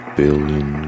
billion